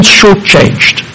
shortchanged